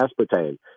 aspartame